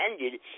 ended